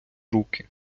руки